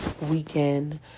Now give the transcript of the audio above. weekend